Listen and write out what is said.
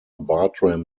bartram